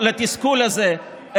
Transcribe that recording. בתסכול הזה,